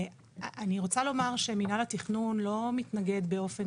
אני רוצה לומר שמינהל התכנון לא מתנגד באופן